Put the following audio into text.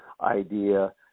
idea